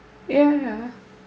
ya ya ya